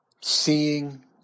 seeing